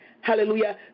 hallelujah